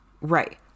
Right